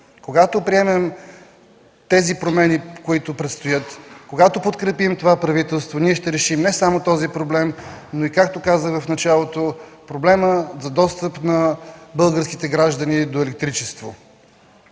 Когато приемем тези промени, които предстоят, когато подкрепим това правителство, ние ще решим не само този проблем, но както казах в началото и проблемът за достъп на българските граждани до електричество.